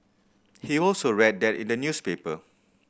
he also read that in the newspaper